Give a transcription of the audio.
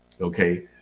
Okay